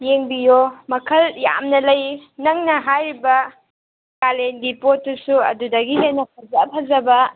ꯌꯦꯡꯕꯤꯌꯣ ꯃꯈꯜ ꯌꯥꯝꯅ ꯂꯩ ꯅꯪꯅ ꯍꯥꯏꯔꯤꯕ ꯀꯥꯂꯦꯟꯒꯤ ꯄꯣꯠꯇꯨꯁꯨ ꯑꯗꯨꯗꯒꯤ ꯍꯦꯟꯅ ꯐꯖ ꯐꯖꯕ